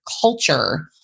culture